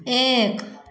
एक